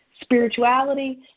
spirituality